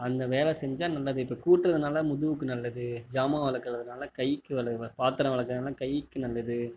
அந்த வேலை செஞ்சால் நல்லது இப்போ கூட்டுறதுனால முதுகுக்கு நல்லது சாமா விளக்கறதுனால கைக்கு நல்லது பாத்திரம் விளக்கறதுனால கைக்கு நல்லது